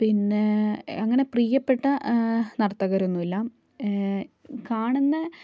പിന്നെ അങ്ങനെ പ്രിയപ്പെട്ട നർത്തകരൊന്നുമില്ല കാണുന്ന